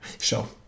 Sure